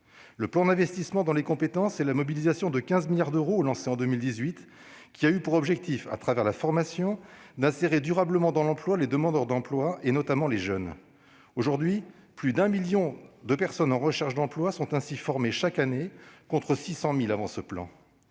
le plan d'investissement dans les compétences et la mobilisation de 15 milliards d'euros, lancé en 2018, qui a eu pour objectif, à travers la formation, d'insérer durablement dans l'emploi les demandeurs d'emploi, notamment les jeunes. Aujourd'hui, plus de 1 million de personnes en recherche d'emploi sont ainsi formées chaque année, contre 600 000 personnes avant ce plan.